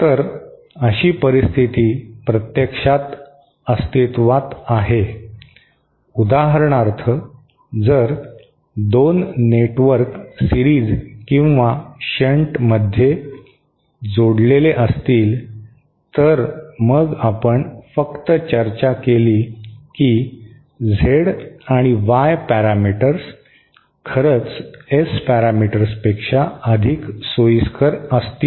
तर अशी परिस्थिती प्रत्यक्षात अस्तित्त्वात आहे उदाहरणार्थ जर 2 नेटवर्क सिरीज किंवा शंटमध्ये जोडलेले असतील तर मग आपण फक्त चर्चा केली की झेड आणि वाय पॅरामीटर्स खरंच एस पॅरामीटर्सपेक्षा अधिक सोयीस्कर असतील